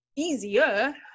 easier